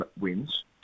wins